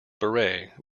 beret